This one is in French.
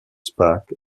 spaak